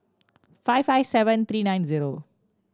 five five seven three nine zero